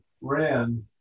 ran